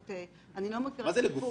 מה זה "לגופו"?